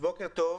בוקר טוב,